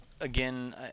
again